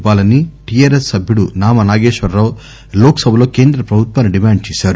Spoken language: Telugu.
ఇవ్వాలని టీఆర్ఎస్ సభ్యుడు నామా నాగేశ్వర్రావు లోక్సభలో కేంద పభుత్వాన్ని దిమాండ్ చేశారు